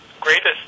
greatest